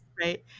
right